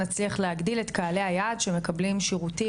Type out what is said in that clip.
נצליח להגדיל את קהליי היעד שמקבלים שירותים